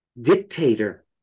dictator